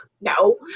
no